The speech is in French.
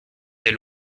des